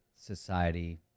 society